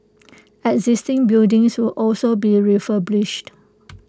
existing buildings will also be refurbished